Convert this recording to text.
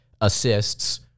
assists